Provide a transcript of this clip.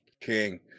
King